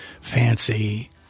fancy